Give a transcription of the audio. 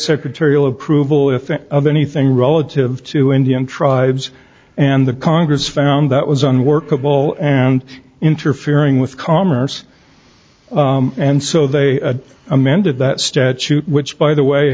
secretarial approval effect of anything relative to indian tribes and the congress found that was unworkable and interfering with commerce and so they amended that statute which by the way